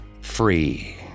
free